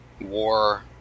war